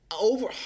Over